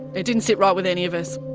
it didn't sit right with any of us.